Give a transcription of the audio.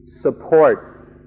support